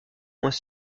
moins